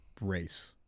race